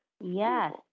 yes